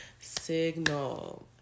signal